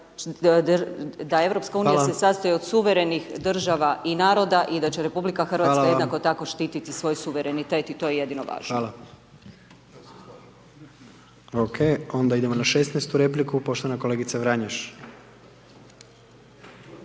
da Europska unija se sastoji od suverenih država i naroda i da će Republika Hrvatska jednako tako štitit svoj suverenitet, i to je jedino važno. **Jandroković, Gordan (HDZ)** Hvala.